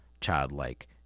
childlike